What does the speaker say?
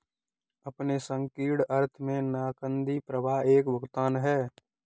अपने संकीर्ण अर्थ में नकदी प्रवाह एक भुगतान है